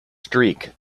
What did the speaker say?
streak